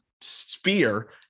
spear